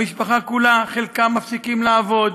המשפחה כולה, חלקם מפסיקים לעבוד,